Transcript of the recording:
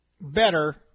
better